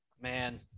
man